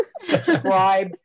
Subscribe